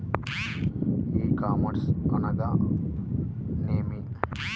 E commerce అనగా నేమి?